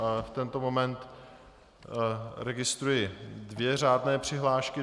V tento moment registruji tři řádné přihlášky.